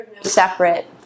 separate